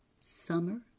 summer